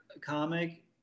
comic